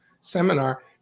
seminar